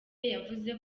yavuze